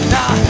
Nah